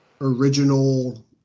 original